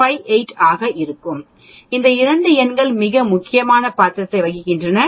58 ஆகும் இந்த 2 எண்கள் மிக முக்கியமான பாத்திரத்தை வகிக்கின்றன